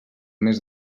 mes